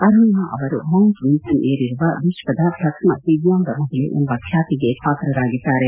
ಅರುಣಿಮಾ ಅವರು Mount Vinson ಏರಿರುವ ವಿಶ್ವದ ಪ್ರಥಮ ದಿವ್ಯಾಂಗ ಮಹಿಳೆ ಎಂಬ ಖ್ಯಾತಿಗೆ ಪಾತ್ರರಾಗಿದ್ದಾರೆ